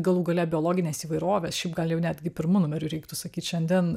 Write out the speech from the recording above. galų gale biologinės įvairovės šiaip gal jau netgi pirmu numeriu reiktų sakyt šiandien